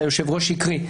שהיושב-ראש קרא,